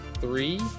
three